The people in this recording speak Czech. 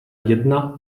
jedna